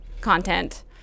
content